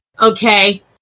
okay